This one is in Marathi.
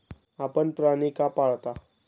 आपण प्राणी का पाळता?